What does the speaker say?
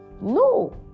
No